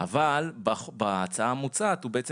אבל בהצעה המוצעת הוא בעצם